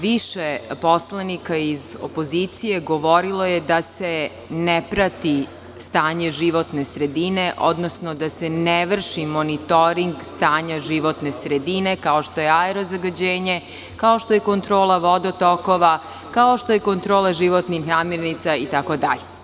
Više poslanika iz opozicije govorilo je da se ne prati stanje životne sredine, odnosno da se ne vrši monitoring stanja životne sredine, kao što je aero zagađenje, kao što je kontrola vodotokova, kao što je kontrola životnih namirnica, itd.